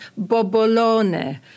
Bobolone